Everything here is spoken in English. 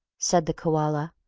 said the koala.